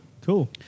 Cool